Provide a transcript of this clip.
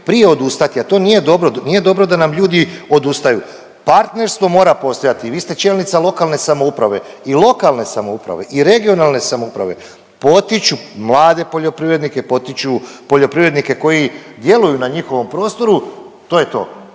prije odustati, a to nije dobro, nije dobro da nam ljudi odustaju. Partnerstvo mora postojati i vi ste čelnica lokalne samouprave i lokalne samouprave i regionalne samouprave potiču mlade poljoprivrednike, potiču poljoprivrednike koji djeluju na njihovom prostoru, to je to,